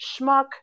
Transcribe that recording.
schmuck